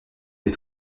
des